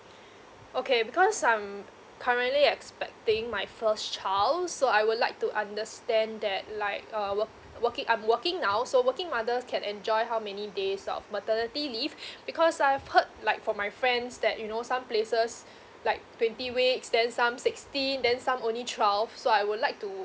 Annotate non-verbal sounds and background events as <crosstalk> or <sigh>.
okay because I'm currently expecting my first child so I would like to understand that like uh work working I'm working now so working mothers can enjoy how many days of maternity leave <breath> because I've heard like from my friends that you know some places like twenty weeks then some sixteen then some only twelve so I would like to